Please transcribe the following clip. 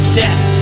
death